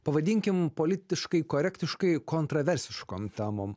pavadinkim politiškai korektiškai kontroversiškom temom